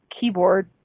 keyboard